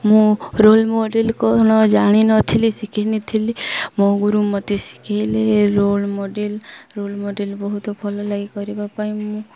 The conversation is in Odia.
ମୁଁ ରୋଲ ମଡ଼େଲ କ'ଣ ଜାଣିନଥିଲି ଶିଖିନଥିଲି ମୋ ଗୁରୁ ମୋତେ ଶିଖେଇଲେ ରୋଲ୍ ମଡ଼େଲ ରୋଲ୍ ମଡ଼େଲ ବହୁତ ଭଲ ଲାଗେ କରିବା ପାଇଁ ମୁଁ